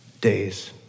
days